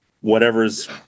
whatever's